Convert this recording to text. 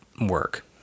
work